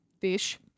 fish